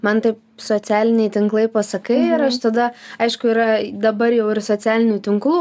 man tai socialiniai tinklai pasakai ir aš tada aišku yra dabar jau ir socialinių tinklų